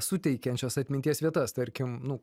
suteikiančias atminties vietas tarkim